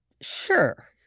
sure